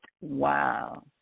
Wow